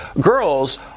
girls